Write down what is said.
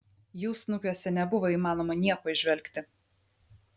jų snukiuose nebuvo įmanoma nieko įžvelgti